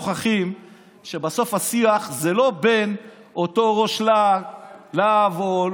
אתם שוכחים שבסוף השיח זה לא בין אותו ראש להב או,